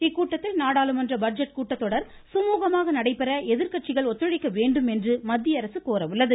இக்கூட்டத்தில் நாடாளுமன்ற பட்ஜெட் கூட்டத் தொடர் குமூகமாக நடைபெற எதிர்கட்சிகள் ஒத்துழைக்க வேண்டுமென்று மத்திய அரசு கோரவுள்ளது